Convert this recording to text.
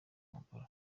umugore